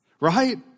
Right